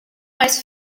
mais